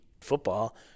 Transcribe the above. football